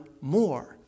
more